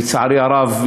לצערי הרב,